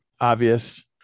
obvious